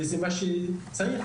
תודה רבה.